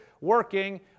working